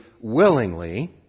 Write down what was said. willingly